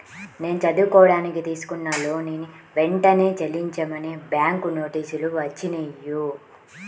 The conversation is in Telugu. నేను చదువుకోడానికి తీసుకున్న లోనుని వెంటనే చెల్లించమని బ్యాంకు నోటీసులు వచ్చినియ్యి